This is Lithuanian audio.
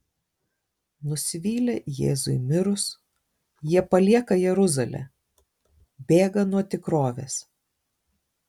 nusivylę jėzui mirus jie palieka jeruzalę bėga nuo tikrovės